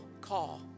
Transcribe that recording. call